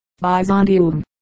Byzantium